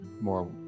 more